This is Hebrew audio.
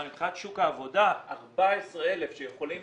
אבל מבחינת שוק העבודה 14,000 שיכולים